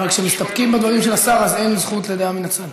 אבל כשמסתפקים בדברים של השר אז אין זכות לדעה מן הצד.